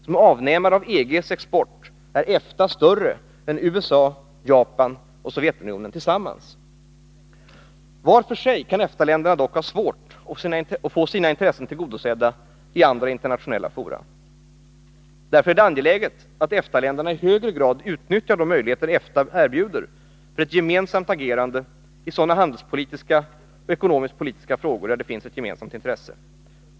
Som avnämare av EG:s export är EFTA större än USA, Japan och Sovjetunionen tillsammans. Vart för sig kan EFTA-länderna dock ha svårt att få sina intressen tillgodosedda i andra internationella fora. Det är därför angeläget att EFTA-länderna i högre grad utnyttjar de möjligheter EFTA erbjuder för ett gemensamt agerande i sådana handelspolitiska och ekonomisk-politiska frågor där det finns ett gemensamt intresse.